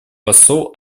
посол